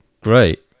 Great